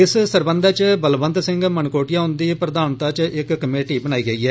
इस सरबंधै च बलवंत सिंह मनकोटिया हुंदी अध्यक्षता च इक कमेटी बनाई गेई ऐ